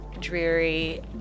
dreary